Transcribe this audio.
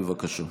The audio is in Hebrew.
בבקשה.